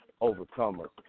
overcomer